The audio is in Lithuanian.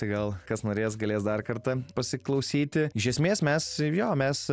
tai gal kas norės galės dar kartą pasiklausyti iš esmės mes jo mes